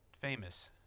famous